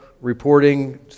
Reporting